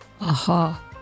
Aha